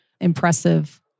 impressive